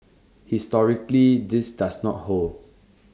historically this does not hold